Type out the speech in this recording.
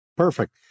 Perfect